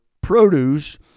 produce